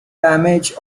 damage